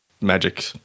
magic